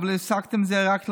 אבל הפסקתם את זה רק לחרדים.